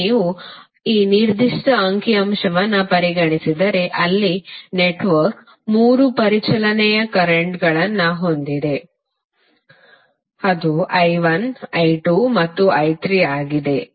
ಈಗ ನೀವು ಈ ನಿರ್ದಿಷ್ಟ ಅಂಕಿ ಅಂಶವನ್ನು ಪರಿಗಣಿಸಿದರೆ ಅಲ್ಲಿ ನೆಟ್ವರ್ಕ್ 3 ಪರಿಚಲನೆಯ ಕರೆಂಟ್ಗಳಗಳನ್ನು ಹೊಂದಿದೆ ಅದು I1 I2 ಮತ್ತು I3 ಆಗಿದೆ